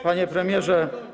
Panie Premierze!